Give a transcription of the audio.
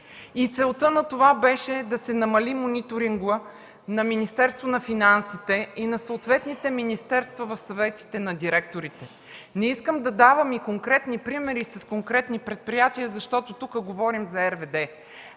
Целта на това беше да се намали мониторинга на Министерството на финансите и на съответните министерства в съветите на директорите. Не искам да давам и конкретни примери, с конкретни предприятия, защото тук говорим за РВД.